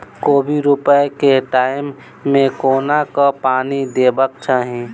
कोबी रोपय केँ टायम मे कोना कऽ पानि देबाक चही?